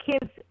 kids